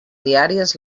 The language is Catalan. diàries